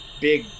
big